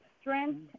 Strength